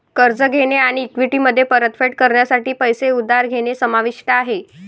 कर्ज घेणे आणि इक्विटीमध्ये परतफेड करण्यासाठी पैसे उधार घेणे समाविष्ट आहे